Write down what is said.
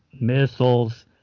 missiles